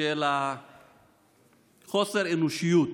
של חוסר אנושיות